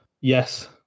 yes